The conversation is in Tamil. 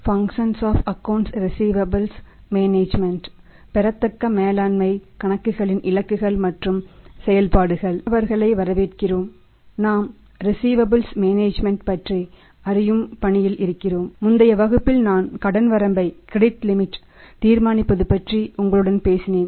மாணவர்களை வரவேற்கிறோம் நாம் ரிஸீவபல்ஸ் ஐ தீர்மானிப்பது பற்றி உங்களுடன் பேசினேன்